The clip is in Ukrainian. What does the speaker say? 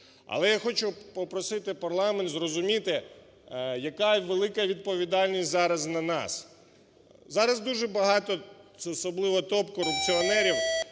Але я хочу попросити парламент зрозуміти, яка велика відповідальність зараз на нас. Зараз дуже багато, особливо топ-корупціонерів,